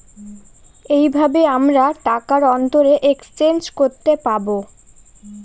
এইভাবে আমরা টাকার অন্তরে এক্সচেঞ্জ করতে পাবো